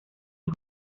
los